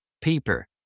paper